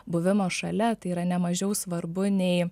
buvimo šalia tai yra nemažiau svarbu nei